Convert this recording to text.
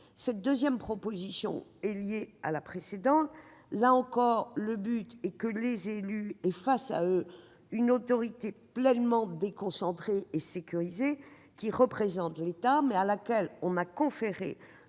cette deuxième proposition est liée à la précédente. Là encore, la finalité est que les élus aient face à eux une autorité pleinement déconcentrée et sécurisée, une autorité qui représente l'État, mais à laquelle on a conféré